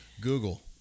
Google